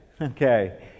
Okay